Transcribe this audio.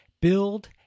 Build